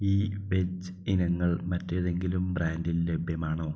ഈ വെജ് ഇനങ്ങൾ മറ്റേതെങ്കിലും ബ്രാൻഡിൽ ലഭ്യമാണോ